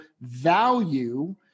value